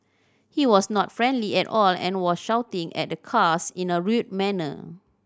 he was not friendly at all and was shouting at the cars in a rude manner